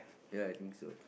ya I think so